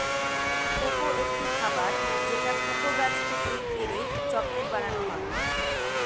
cocoa একটি খাবার যেটা কোকো গাছ থেকে পেড়ে চকলেট বানানো হয়